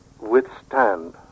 withstand